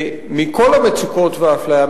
מכל המצוקות והאפליה,